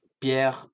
Pierre